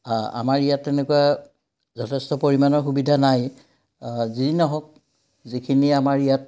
আমাৰ ইয়াত তেনেকুৱা যথেষ্ট পৰিমাণৰ সুবিধা নাই যি নহওক যিখিনি আমাৰ ইয়াত